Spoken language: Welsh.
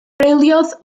treuliodd